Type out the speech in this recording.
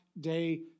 day